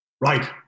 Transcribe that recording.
Right